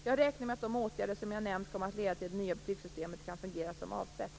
Jag räknar med att de åtgärder som jag nämnt kommer att leda till att det nya betygsystemet kan fungera som avsett.